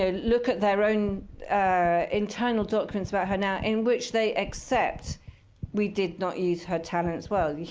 ah look at their own internal documents about her now, in which they accept we did not use her talents well.